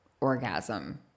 orgasm